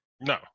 No